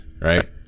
right